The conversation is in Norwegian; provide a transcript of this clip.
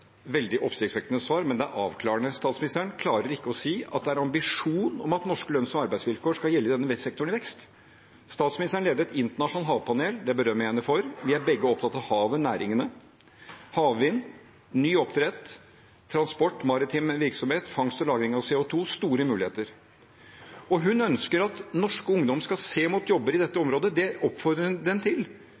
veldig oppsiktsvekkende svar, men det er avklarende. Statsministeren klarer ikke å si at det er en ambisjon om at norske lønns- og arbeidsvilkår skal gjelde i denne sektoren i vekst. Statsministeren leder et internasjonalt havpanel, og det berømmer jeg henne for. Vi er begge opptatt av havnæringene – havvind, ny oppdrett, transport, maritim virksomhet, fangst og lagring av CO 2 – det er store muligheter. Hun ønsker at norsk ungdom skal se mot jobber i dette området. Det oppfordrer hun dem til.